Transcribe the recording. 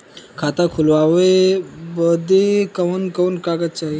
खाता खोलवावे बादे कवन कवन कागज चाही?